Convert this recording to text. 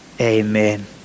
amen